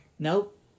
Nope